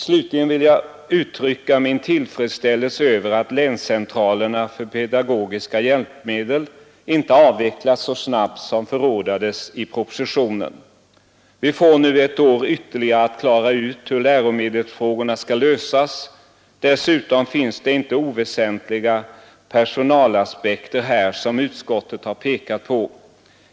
Slutligen vill jag uttrycka min tillfredsställelse över att länscentralerna för pedagogiska hjälpmedel inte avvecklas så snabbt som förordas i propositionen. Vi får nu ytterligare ett år att klara ut hur läromedelsfrågorna skall lösas. Dessutom finns det inte oväsentliga personalaspekter som utskottet har pekat på.